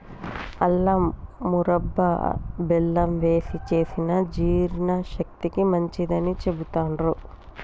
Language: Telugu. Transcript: అల్లం మురబ్భ బెల్లం వేశి చేసిన జీర్ణశక్తికి మంచిదని చెబుతాండ్రు